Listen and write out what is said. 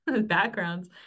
backgrounds